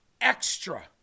extra